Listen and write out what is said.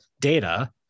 data